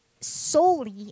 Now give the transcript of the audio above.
solely